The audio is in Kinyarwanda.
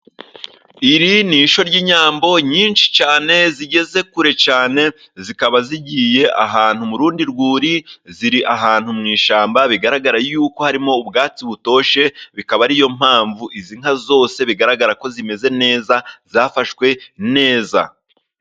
Iri ni ishyo ry'inyambo nyinshi cyane zigeze kure cyane, zikaba zigiye ahantu mu rundi rwuri, ziri ahantu mu ishyamba bigaragara yuko harimo ubwatsi butoshye, bikaba ariyo mpamvu izi nka zose bigaragara ko zimeze neza zafashwe neza.